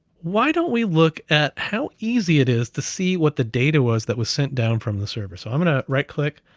why don't we look at how easy it is to see what the data was that was sent down from the server? so i'm gonna right click,